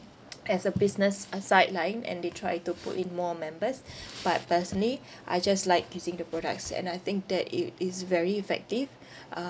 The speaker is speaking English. as a business a sideline and they try to pull in more members but personally I just like using the products and I think that it is very effective